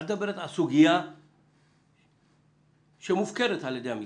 את מדברת על סוגיה שמופקרת על ידי המשרד.